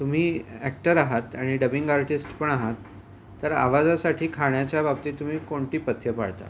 तुम्ही ॲक्टर आहात आणि डबिंग आर्टिस्ट पण आहात तर आवाजासाठी खाण्याच्या बाबतीत तुम्ही कोणती पथ्य पाळता